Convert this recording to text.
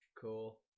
Cool